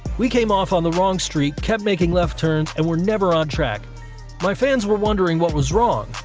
we came off on the wrong street, kept making left turns, and were never on track my fans were wondering what was wrong.